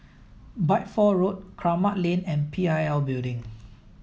Bideford Road Kramat Lane and P I L Building